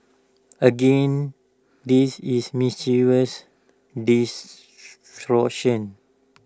again this is mischievous distortion